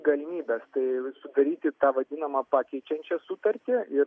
galimybės tai sudaryti tą vadinamą pakeičiančią sutartį ir